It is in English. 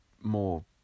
more